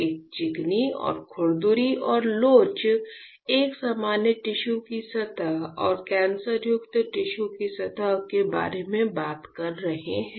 एक चिकनी और खुरदरी और लोच हम सामान्य टिश्यू की सतह और कैंसरयुक्त टिश्यू की सतह के बारे में बात कर रहे हैं